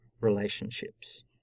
relationships